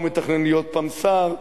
הוא מתכנן שתהיה פעם שר,